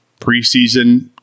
preseason